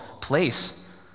place